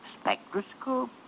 Spectroscope